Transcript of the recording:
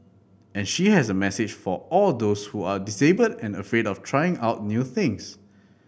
and she has a message for all those who are disabled and afraid of trying out new things